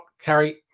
Carrie